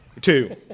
two